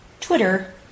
Twitter